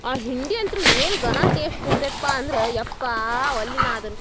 ಆ ಹಿಂಡಿಯಂತೂ ಏನು ಗನ ಟೇಸ್ಟ್ ಇರ್ತೈತೆ ಪಾ ಅಂದ್ರೆ ಅಪ್ಪ ಅಲ್ಲಿ ನಾನು ಅದನ್ನು